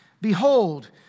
behold